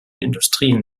industrien